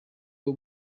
bwo